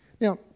Now